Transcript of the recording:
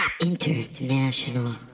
International